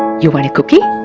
you want a cookie?